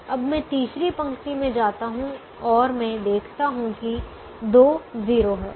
अब मैं तीसरी पंक्ति में जाता हूँ और मैं देखता हूँ कि दो 0 हैं